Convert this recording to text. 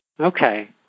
Okay